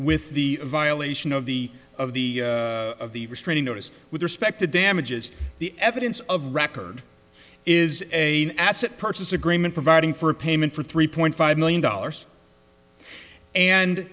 with the violation of the of the of the restraining notice with respect to damages the evidence of record is a asset purchase agreement providing for a payment for three point five million